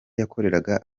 yakoreraga